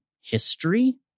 history